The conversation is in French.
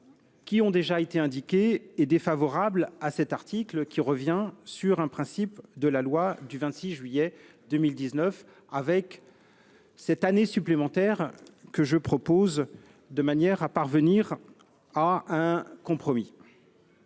qui ont déjà été indiquées, est défavorable à cet article, qui revient sur un principe de la loi du 26 juillet 2019. L'année supplémentaire que je propose devrait permettre de parvenir à un compromis.